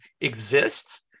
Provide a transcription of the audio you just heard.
exists